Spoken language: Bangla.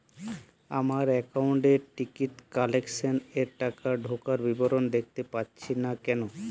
আমার একাউন্ট এ টিকিট ক্যান্সেলেশন এর টাকা ঢোকার বিবরণ দেখতে পাচ্ছি না কেন?